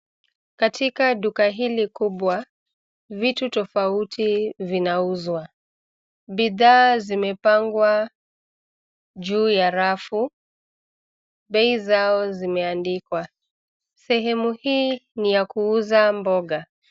Katika duka hili kubwa, vitu tofauti vinauzwa. Bidhaa zimepangwa juu ya rafu. Bei zao zimeandikwa. Sehemu hii ni ya kuuza mboga.